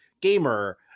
gamer